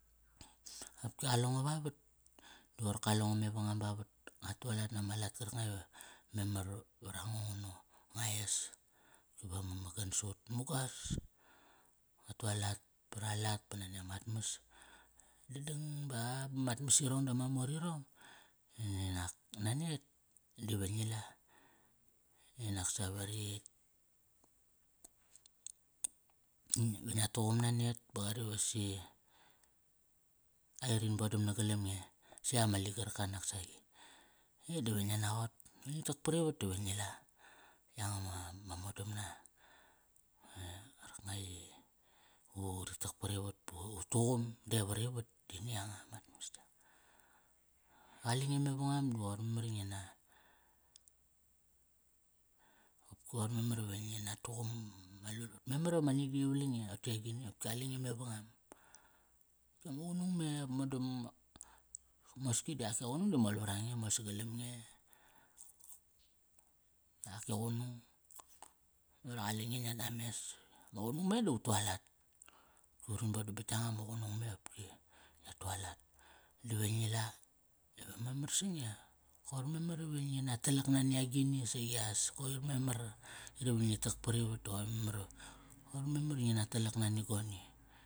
Qopki qalengo vavat, di qoir kale ngo mavangam vavat. Nga tualat nama lat karkanga iva memar vra ngo ngu na ngua es. Va mamagan sa ut mugas. Nga tualat paralat pa nani amat mas. Dadang ba, ba mat mas iorng dama mor irong, di nak nanet, dive ngi la, inaka save ri va ngia tuqum nanet. Ba qari vasi, ai rin bodam na galam nge eh? Si yak ama ligarka nak saqi. E diva ngia naqot, me ngi tak parivat dive ngi la. Yanga ama, ma modamna. qarkanga i va uri tak parivat pa va u tuqum de varivat di ni yanga mat mas yanga. Qale nge mevangam di qoir memar i ngi na, qoir memar i ngi na tuqum ma lulvat. Memar i vama nigi yi valang nge. Toqote agini? Qopki qalenge mevangam. Opki ama qunung me mosngi di ak e qunung di mol vra nge, mol sa galam nge. Ak e qunung, memar i qale nge ngiat names ma qunung me di ut tualat, urin bodam bat yanga ma qunung me qopki. Ngia tualat, dive ngi la, diva mamar sange. Koir memar iva ngi na talak nani agini saqias. Koir memar, qari ve ngi tak pariva di qoi memar, qoir memar i ngi na talak nani goni.